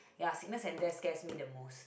ya sickness and death scares me the most